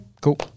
cool